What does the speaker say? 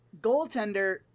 goaltender